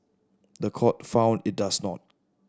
the court found it does not